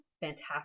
fantastic